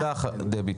תודה, דבי.